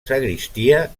sagristia